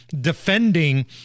defending